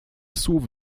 słów